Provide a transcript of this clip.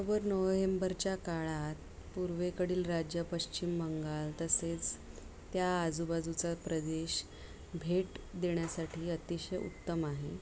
October नोहेम्बरच्या काळात पूर्वेकडील राज्य पश्चिम बंगाल तसेच त्या आजूबाजूचा प्रदेश भेट देण्यासाठी अतिशय उत्तम आहे